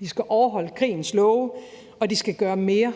de skal overholde krigens love, og de skal gøre mere,